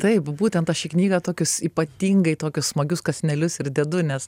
taip būtent aš į knygą tokius ypatingai tokius smagius kąsnelius ir dedu nes